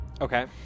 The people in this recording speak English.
Okay